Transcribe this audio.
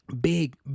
big